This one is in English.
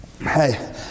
Hey